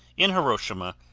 in hiroshima,